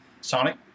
Sonic